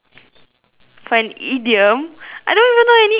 for an idiom I don't even know any idioms